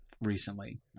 recently